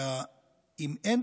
ואם אין